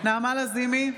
נעמה לזימי,